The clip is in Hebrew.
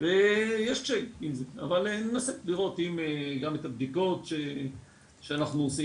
יש הרבה דברים שהוספת, אבל יש דבר אחד שאני רוצה